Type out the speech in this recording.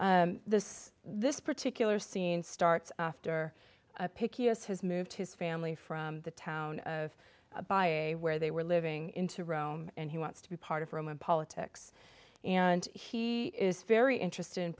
meal this this particular scene starts after pickiest has moved his family from the town of by a where they were living into rome and he wants to be part of roman politics and he is very interested in